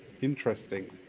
Interesting